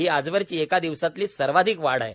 ही आजवरची एका दिवसातली सर्वाधिक वाढ आहे